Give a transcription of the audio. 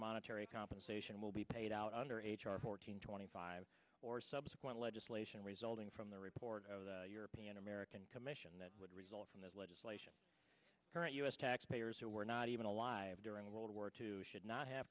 monetary compensation will be paid out under h r four hundred twenty five or subsequent legislation resulting from the report of the european american commission that would result from this legislation current u s taxpayers who were not even alive during world war two should not have